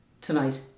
tonight